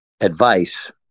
advice